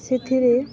ସେଥିରେ